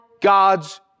God's